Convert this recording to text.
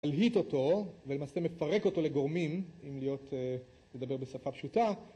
הלהיט אותו, ולמעשה מפרק אותו לגורמים, אם להיות, אה, לדבר בשפה פשוטה